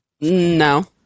No